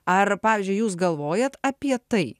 ar pavyzdžiui jūs galvojat apie tai